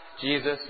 Jesus